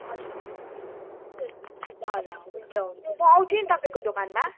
हजुर हजुर ल ल हुन्छ म आउँथ्ये नि तपाईँको दोकानमा